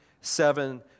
seven